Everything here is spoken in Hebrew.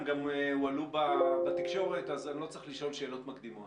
הן עלו גם בתקשורת ולכן אני לא צריך לשאול שאלות מקדימות.